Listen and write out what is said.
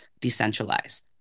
decentralized